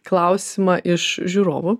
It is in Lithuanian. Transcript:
klausimą iš žiūrovų